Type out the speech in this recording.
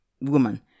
woman